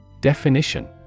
Definition